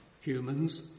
humans